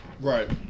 Right